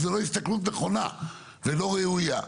זו לא הסתכלות נכונה ולא ראויה.